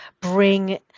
bring